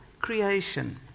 creation